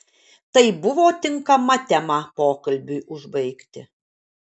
tai buvo tinkama tema pokalbiui užbaigti